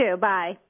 Bye